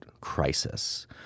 crisis